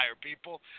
people